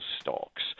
stocks